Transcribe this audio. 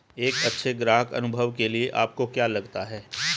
एक अच्छे ग्राहक अनुभव के लिए आपको क्या लगता है?